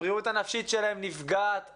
הבריאות הנפשית שלהם נפגעת אנושות.